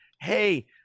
hey